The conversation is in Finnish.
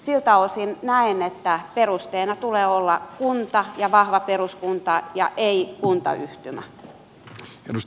siltä osin näen että perusteena tulee olla kunta ja vahva peruskunta ja ei kuntayhtymä